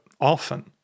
often